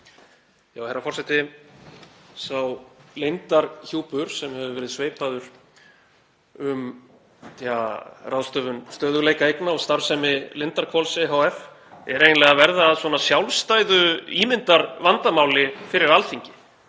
Herra forseti. Sá leyndarhjúpur sem hefur verið sveipaður um ráðstöfun stöðugleikaeigna og starfsemi Lindarhvols ehf. er eiginlega að verða að sjálfstæðu ímyndarvandamáli fyrir Alþingi.